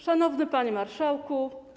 Szanowny Panie Marszałku!